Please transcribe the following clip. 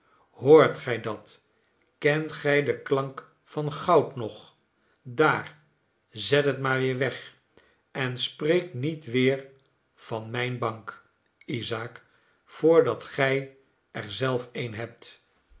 hoort gij dat kent gij den klank van goud nog daar zet het maar weer weg en spreek niet weer van mijne bank isaak voordat gij er zelf een hebt